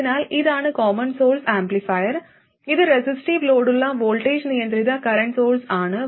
അതിനാൽ ഇതാണ് common source amplifier ഇത് റെസിസ്റ്റീവ് ലോഡുള്ള വോൾട്ടേജ് നിയന്ത്രിത കറന്റ് സോഴ്സ് ആണ്